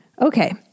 Okay